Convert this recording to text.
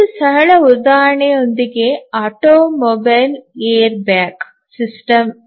ಒಂದು ಸರಳ ಉದಾಹರಣೆಯೆಂದರೆ ಆಟೋಮೊಬೈಲ್ ಏರ್ಬ್ಯಾಗ್ ಸಿಸ್ಟಮ್